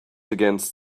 against